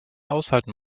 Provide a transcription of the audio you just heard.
aushalten